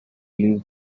leave